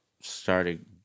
started